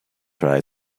try